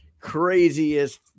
craziest